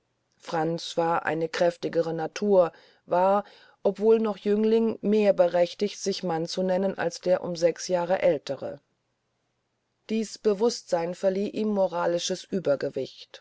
franz war eine kräftigere natur war obwohl noch jüngling mehr berechtiget sich mann zu nennen als der um sechs jahre aeltere dieß bewußtsein verlieh ihm moralisches uebergewicht